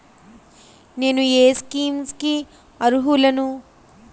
నేను ఏ స్కీమ్స్ కి అరుహులను?